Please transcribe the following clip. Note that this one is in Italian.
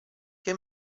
che